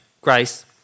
grace